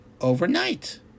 overnight